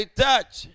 touch